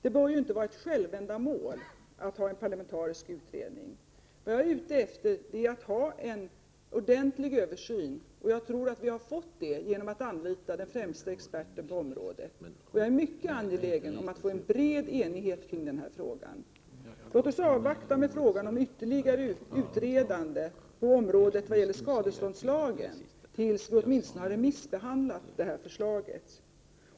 En parlamentarisk utredning bör ju inte vara något självändamål. Vad jag är ute efter är en ordentlig översyn, och jag tror att vi har fått en sådan genom att anlita den främste experten på området. Jag är mycket angelägen om att få en bred enighet kring denna fråga. Låt oss därför avvakta med frågan om ytterligare utredande på skadståndslagens område tills detta förslag åtminstone har remissbehandlats.